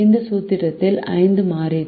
இந்த சூத்திரத்தில் 5 மாறிகள்